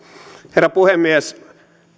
herra puhemies